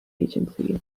agency